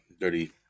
Dirty